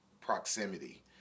proximity